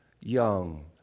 young